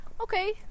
Okay